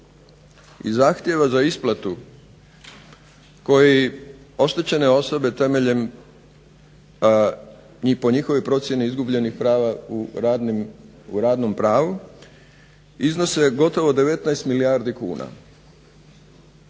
i zahtjeva za isplatu koji oštećene osobe temeljem po njihovoj procjeni izgubljenih prava u radnom pravu iznose gotovo 19 milijardi kuna